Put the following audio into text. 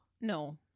No